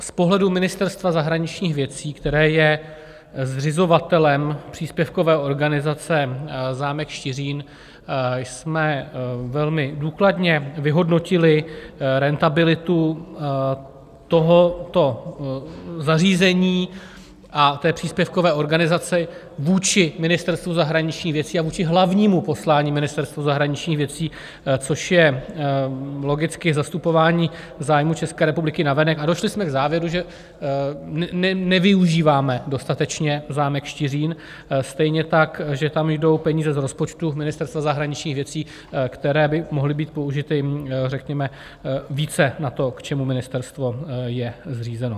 Z pohledu Ministerstva zahraničních věcí, které je zřizovatelem příspěvkové organizace Zámek Štiřín, jsme velmi důkladně vyhodnotili rentabilitu tohoto zařízení a příspěvkové organizace vůči Ministerstvu zahraničních věcí a vůči hlavnímu poslání Ministerstva zahraničních věcí, což je logicky zastupování zájmů České republiky navenek, a došli jsme k závěru, že nevyužíváme dostatečně zámek Štiřín, stejně tak, že tam jdou peníze z rozpočtu Ministerstva zahraničních věcí, které by mohly být použity řekněme více na to, k čemu ministerstvo je zřízeno.